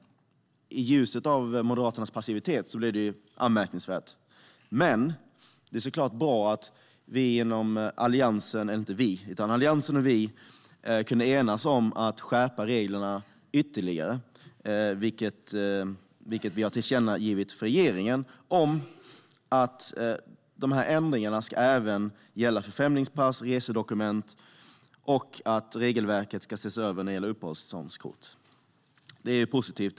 I ljuset av Moderaternas passivitet blir det anmärkningsvärt. Men det är såklart bra att Alliansen och vi kunde enas om att skärpa reglerna ytterligare. Vi har gjort ett tillkännagivande till regeringen om att ändringarna ska gälla även för främlingspass och resedokument, och regelverket ska ses över när det gäller uppehållstillståndskort. Det är positivt.